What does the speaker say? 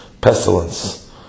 pestilence